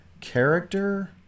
character